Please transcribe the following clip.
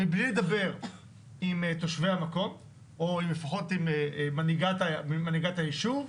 מבלי לדבר עם תושבי המקום או עם לפחות מנהיגת הישוב,